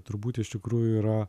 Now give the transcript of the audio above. turbūt iš tikrųjų yra